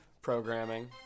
programming